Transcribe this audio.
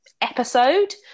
episode